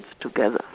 together